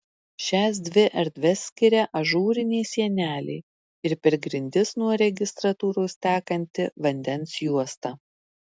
šias dvi erdves skiria ažūrinė sienelė ir per grindis nuo registratūros tekanti vandens juosta